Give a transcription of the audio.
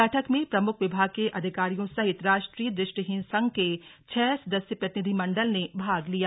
बैठक में प्रमुख विभाग के अधिकारियों सहित राष्ट्रीय दृष्टिहीन संघ के छह सदस्य प्रतिनिधि मण्डल ने भाग लिया